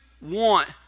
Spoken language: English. want